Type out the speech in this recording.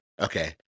Okay